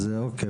אז אוקיי,